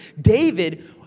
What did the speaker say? David